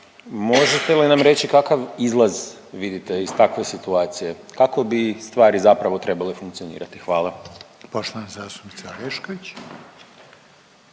Možete li nam reći kakav izlaz vidite iz takve situacije, kako bi stvari zapravo trebale funkcionirati? Hvala. **Reiner, Željko